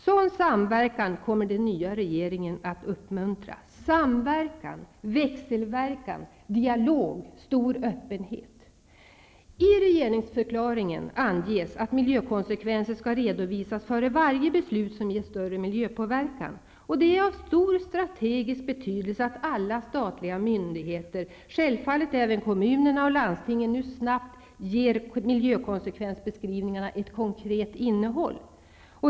Sådan samverkan kommer den nya regeringen att uppmuntra; samverkan, växelverkan, dialog och stor öppenhet. I regeringsförklaringen anges att miljökonsekvenser skall redovisas före varje beslut som ger större miljöpåverkan. Det är av stor strategisk betydelse att alla statliga myndigheter, självfallet även kommunerna och landstingen, nu snabbt ger miljökonsekvensbeskrivningarna ett konkret innehåll.